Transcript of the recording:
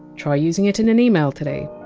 try using it in an email today